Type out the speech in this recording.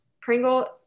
Pringle